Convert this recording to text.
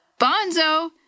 Bonzo